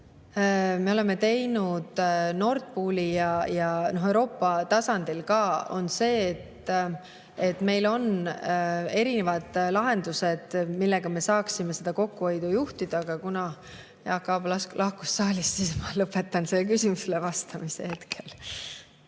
me oleme teinud Nord Pooli ja Euroopa tasandil ka, on see, et meil on erinevad lahendused, millega me saaksime seda kokkuhoidu juhtida. Aga kuna Jaak Aab lahkus saalist, siis ma praegu lõpetan sellele küsimusele vastamise.